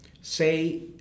Say